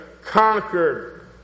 conquered